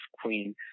queen